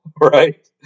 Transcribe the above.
right